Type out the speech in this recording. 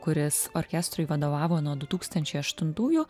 kuris orkestrui vadovavo nuo du tūkstančiai aštuntųjų